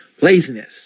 laziness